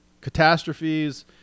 catastrophes